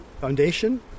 foundation